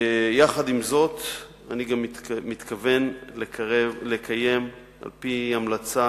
יחד עם זאת, אני מתכוון לקיים, על-פי המלצה